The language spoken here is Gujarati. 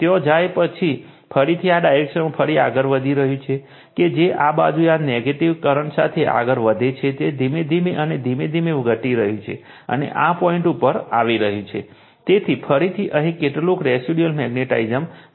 ત્યાં જાય છે અને ફરીથી આ ડાયરેક્શનમાં ફરી આગળ વધી રહ્યું છે કે જે આ બાજુએ આ નેગેટિવ કરંટ સાથે આગળ વધે છે તે ધીમે ધીમે અને ધીમે ધીમે ઘટી રહ્યું છે અને આ પોઇન્ટ ઉપર આવી રહ્યું છે તેથી ફરીથી અહીં કેટલુક રેસિડયુઅલ મૅગ્નેટાઝમ હશે